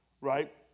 right